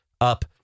Up